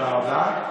תודה רבה.